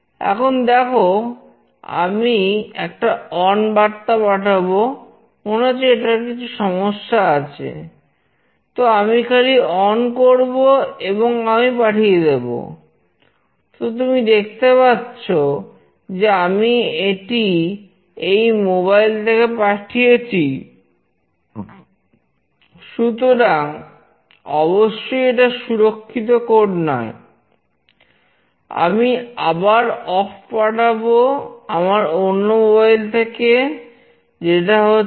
এখন দেখো আমি একটা অন করব ঠিক আছে